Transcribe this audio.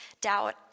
doubt